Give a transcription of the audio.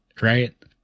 right